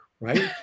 right